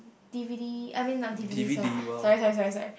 d_v_d I mean not d_v_d sorry sorry sorry sorry